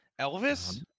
Elvis